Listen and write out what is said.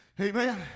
Amen